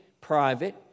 Private